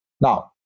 Now